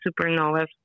supernovas